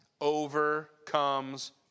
overcomes